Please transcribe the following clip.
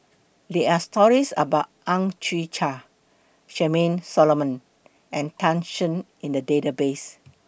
There Are stories about Ang Chwee Chai Charmaine Solomon and Tan Shen in The Database